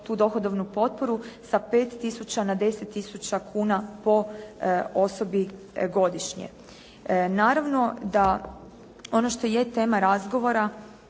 tu dohodovnu potporu sa 5 tisuća na 10 tisuća kuna po osobi godišnje. Naravno da ono što je tema razgovora